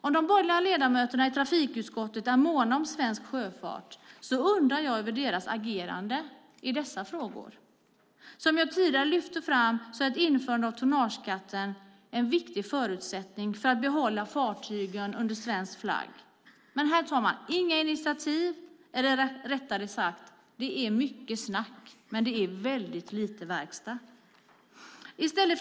Om de borgerliga ledamöterna i trafikutskottet är måna om svensk sjöfart undrar jag över deras agerande i dessa frågor. Som jag tidigare lyfte fram är ett införande av tonnageskatten en viktig förutsättning för att behålla fartygen under svensk flagg. Men här tar man inga initiativ, eller rättare sagt det är mycket snack men väldigt lite verkstad. Fru talman!